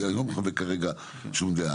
אני לא מחווה כרגע שום דעה.